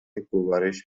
گوارش